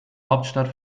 hauptstadt